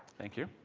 thank you.